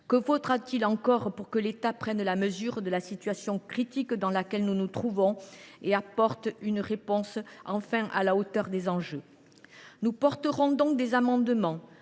qu’il advienne pour que l’État prenne la mesure de la situation critique dans laquelle nous nous trouvons et apporte, enfin, une réponse à la hauteur des enjeux ? Nous défendrons donc des amendements